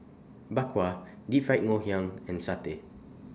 Bak Kwa Deep Fried Ngoh Hiang and Satay